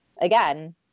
again